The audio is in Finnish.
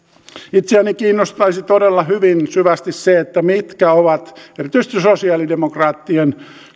itseäni kiinnostaisi todella hyvin syvästi se mitkä ovat erityisesti sosialidemokraattien